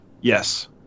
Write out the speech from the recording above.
Yes